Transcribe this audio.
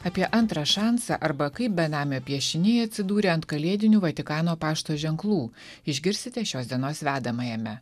apie antrą šansą arba kaip benamio piešiniai atsidūrė ant kalėdinių vatikano pašto ženklų išgirsite šios dienos vedamajame